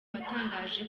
watangaje